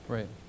Right